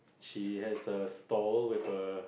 she has a stall with a